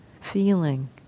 feeling